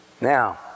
Now